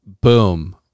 Boom